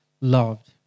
loved